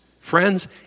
Friends